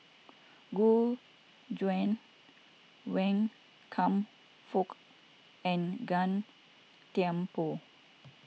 Gu Juan Wan Kam Fook and Gan Thiam Poh